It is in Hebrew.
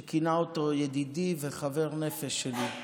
שכינה אותו "ידידי וחבר נפש שלי".